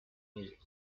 music